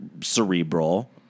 cerebral